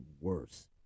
worse